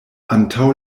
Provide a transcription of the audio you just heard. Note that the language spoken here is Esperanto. antaŭ